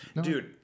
Dude